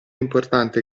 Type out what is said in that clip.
importante